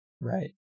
Right